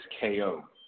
KO